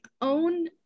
own